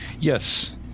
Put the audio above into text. Yes